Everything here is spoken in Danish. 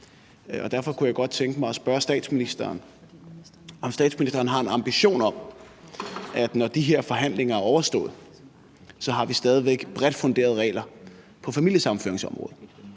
derfor kunne jeg godt tænke mig at spørge statsministeren, om statsministeren har en ambition om, at når de her forhandlinger er overstået, har vi stadig væk bredt funderede regler på familiesammenføringsområdet,